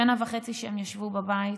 שנה וחצי שהם ישבו בבית,